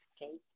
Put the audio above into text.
Okay